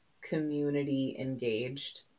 community-engaged